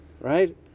right